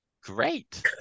Great